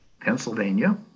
Pennsylvania